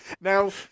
Now